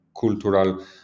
cultural